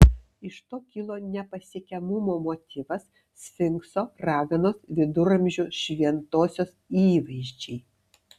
iš to kilo nepasiekiamumo motyvas sfinkso raganos viduramžių šventosios įvaizdžiai